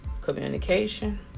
communication